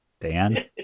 Dan